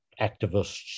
activists